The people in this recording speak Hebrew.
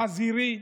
החזירי,